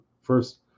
first